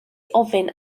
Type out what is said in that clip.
ofyn